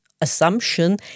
assumption